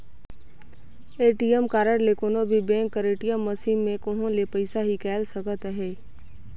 ATM card ले कोनो भी बेंक कर ए.टी.एम मसीन में कहों ले पइसा हिंकाएल सकत अहे